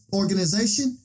organization